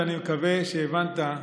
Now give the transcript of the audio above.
ואני מקווה שהבנת,